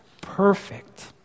perfect